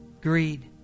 Greed